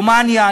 רומניה,